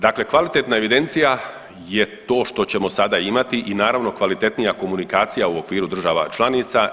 Dakle, kvalitetna evidencija je to što ćemo sada imati i naravno kvalitetnija komunikacija u okviru država članica.